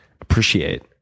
appreciate